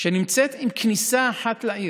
נמצאת עם כניסה אחת לעיר?